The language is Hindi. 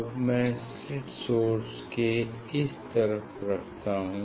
अब मैं स्लिट सोर्स के इस तरफ रखता हूँ